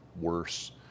worse